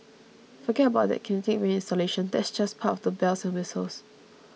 forget about that Kinetic Rain installation that's just part of the bells and whistles